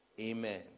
Amen